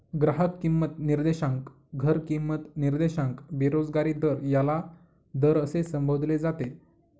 ग्राहक किंमत निर्देशांक, घर किंमत निर्देशांक, बेरोजगारी दर याला दर असे संबोधले जाते